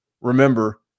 Remember